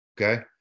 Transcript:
okay